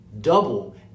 double